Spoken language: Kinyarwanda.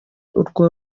urwo